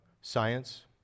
science